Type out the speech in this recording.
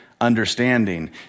understanding